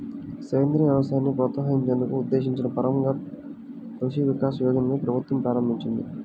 సేంద్రియ వ్యవసాయాన్ని ప్రోత్సహించేందుకు ఉద్దేశించిన పరంపరగత్ కృషి వికాస్ యోజనని ప్రభుత్వం ప్రారంభించింది